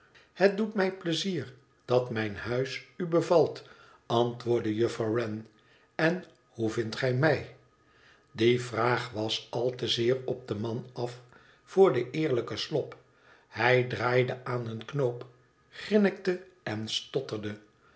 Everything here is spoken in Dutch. t doet mij pleizier dat mijn huis u bevalt antwoordde juffrouw wren en hoe vindt gij mij die vraag was al te zeer op den man af voor den eerlijken slop hij draaide aan een knoop grinnikte en stotterde